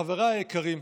חבריי היקרים,